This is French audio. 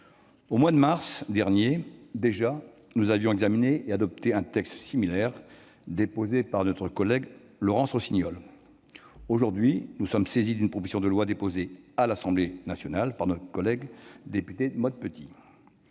Au mois de mars dernier, déjà, nous avions examiné et adopté un texte similaire, déposé par notre collègue Laurence Rossignol. Aujourd'hui, nous sommes saisis d'une proposition de loi déposée à l'Assemblée nationale par la députée Maud Petit.